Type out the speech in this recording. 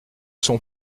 sont